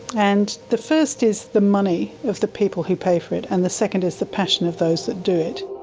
and the first is the money of the people who pay for it, and the second is the passion of those that do it.